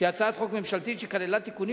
שהיא הצעת חוק ממשלתית שכללה תיקונים